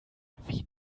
wien